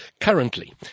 currently